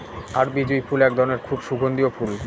আরবি জুঁই ফুল এক ধরনের খুব সুগন্ধিও ফুল